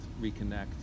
reconnect